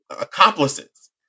accomplices